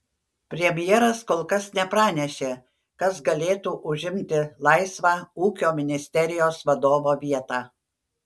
premjeras kol kas nepranešė kas galėtų užimti laisvą ūkio ministerijos vadovo vietą